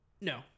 No